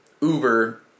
Uber